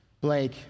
Blake